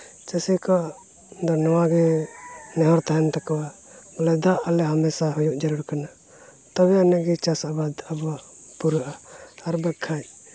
ᱪᱟᱹᱥᱤ ᱠᱚᱣᱟᱜ ᱫᱚ ᱱᱚᱣᱟ ᱜᱮ ᱱᱮᱦᱚᱨ ᱛᱟᱦᱮᱱ ᱛᱟᱠᱚᱣᱟ ᱟᱞᱮ ᱫᱟᱜ ᱦᱟᱢᱮᱥᱟ ᱦᱩᱭᱩᱜ ᱡᱟᱹᱨᱩᱲ ᱠᱟᱱᱟ ᱛᱚᱵᱮ ᱟᱹᱱᱤᱡ ᱜᱮ ᱪᱟᱥ ᱟᱵᱟᱫ ᱟᱵᱚ ᱯᱩᱨᱟᱹᱣᱜᱼᱟ ᱟᱨ ᱵᱟᱠᱷᱟᱡ